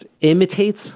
imitates